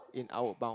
in Outward-Bound